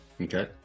Okay